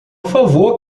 favor